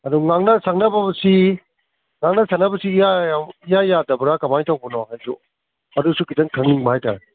ꯑꯗꯣ ꯉꯥꯡꯅ ꯁꯛꯅꯕꯁꯤ ꯉꯥꯡꯅ ꯁꯛꯅꯕꯁꯤ ꯏꯌꯥ ꯌꯥꯗꯕ꯭ꯔꯥ ꯀꯃꯥꯏ ꯇꯧꯕꯅꯣ ꯍꯥꯏꯕꯁꯨ ꯑꯗꯨꯁꯨ ꯈꯤꯇꯪ ꯈꯪꯅꯤꯡꯕ ꯍꯥꯏꯇꯥꯔꯦ